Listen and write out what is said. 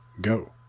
go